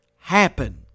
happen